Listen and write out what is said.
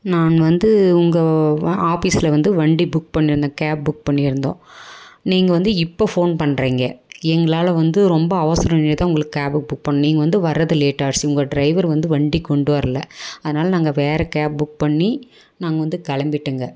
நான் வந்து உங்கள் ஆபீஸில் வந்து வண்டி புக் பண்ணியிருந்தேன் கேப் புக் பண்ணியிருந்தோம் நீங்கள் வந்து இப்போ ஃபோன் பண்ணுறீங்க எங்களால் வந்து ரொம்ப அவசரம்னு தான் உங்களுக்கு கேப்பு புக் பண்ணிணோம் நீங்கள் வந்து வரது லேட் ஆயிடுச்சு உங்கள் டிரைவர் வந்து வண்டி கொண்டு வரல அதனால் நாங்கள் வேறு கேப் புக் பண்ணி நாங்கள் வந்து கிளம்பிட்டோங்க